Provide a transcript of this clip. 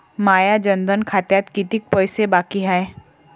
माया जनधन खात्यात कितीक पैसे बाकी हाय?